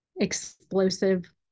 explosive